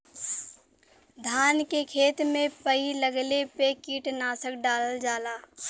धान के खेत में पई लगले पे कीटनाशक डालल जाला